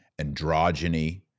androgyny